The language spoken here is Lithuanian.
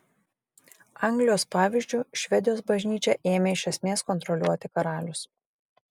anglijos pavyzdžiu švedijos bažnyčią ėmė iš esmės kontroliuoti karalius